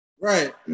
Right